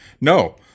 No